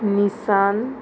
Nissan